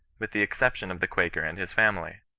with the exception of the quaker and his family.